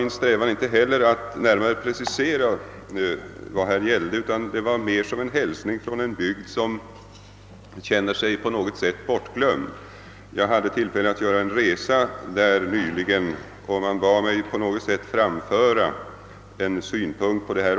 Min strävan har heller inte varit att precisera vad det här gäller, utan det var mera tänkt som en hälsning från en bygd som känner sig litet bortglömd. Jag hade nyligen tillfälle att göra en resa i Tornedalen, och då bad man mig framföra de synpunkter som jag nu anfört.